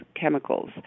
chemicals